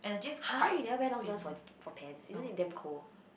!huh! you never wear long johns for for pants isn't it damn cold